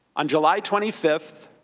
on july twenty five,